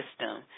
system